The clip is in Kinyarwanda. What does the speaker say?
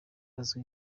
azwi